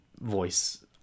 voice